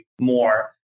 more